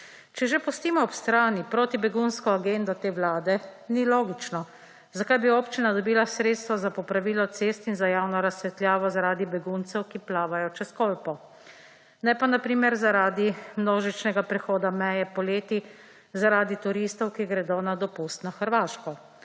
Če že pustimo ob strani proti begunsko agendo te Vlade, ni logično, zakaj bi občina dobila sredstva za popravilo cest in za javno razsvetljavo zaradi beguncev, ki plavajo čez Kolpo, ne pa na primer zaradi množičnega prehoda meje poleti, zaradi turistov, ki gredo na dopust na Hrvaško.